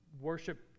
worship